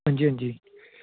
हंजी हंजी